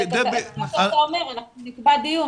--- מה שאתה אומר זה שאנחנו נקבע דיון